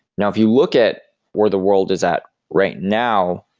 now if you look at where the world is at right now,